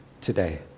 today